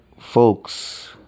folks